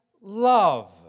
love